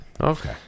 Okay